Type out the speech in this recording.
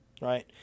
right